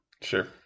Sure